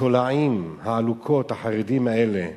התולעים, העלוקות, החרדים האלה,